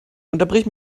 unterbrich